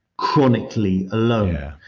chronically alone. yeah